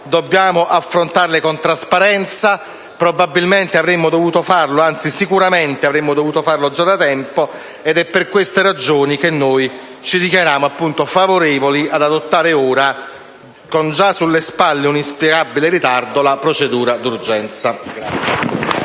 dobbiamo affrontarle con trasparenza. Probabilmente, anzi, sicuramente avremmo dovuto farlo già da tempo, ed è per questa ragione che ci dichiariamo favorevoli ad adottare ora, con già sulle spalle un inspiegabile ritardo, la procedura d'urgenza.